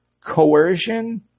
coercion